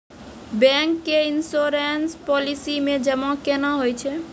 Bank के insurance policy मे जमा केना होय छै?